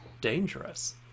dangerous